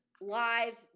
live